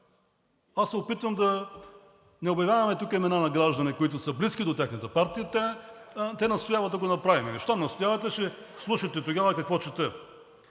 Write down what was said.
Аз се опитвам да не обявяваме тук имена на граждани, които са близки до тяхната партия – те настояват да го направим. Щом настоявате, ще слушате тогава какво чета.